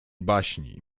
baśni